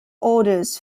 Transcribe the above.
orders